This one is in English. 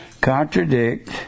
contradict